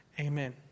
Amen